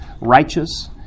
righteous